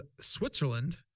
Switzerland